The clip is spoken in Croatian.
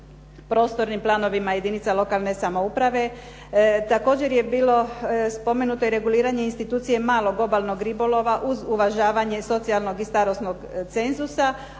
prostornim planovima jedinica lokalne samouprave. Također je bilo spomenuto i reguliranje institucije malog obalnog ribolova uz uvažavanje socijalnog i starosnog cenzusa,